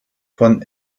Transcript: von